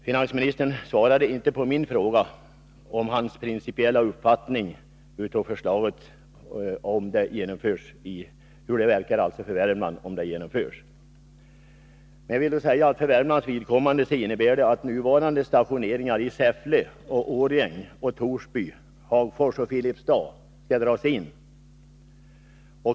Finansministern svarade inte på min fråga om hans principiella uppfattning om förslagets inverkan för Värmlands del. För Värmlands vidkommande innebär förslaget att nuvarande stationeringar i Säffle, Årjäng, Torsby, Hagfors och Filipstad dras in.